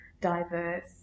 diverse